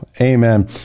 Amen